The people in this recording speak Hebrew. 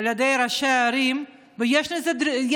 על ידי ראשי הערים, ויש לה ביקוש.